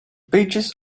pages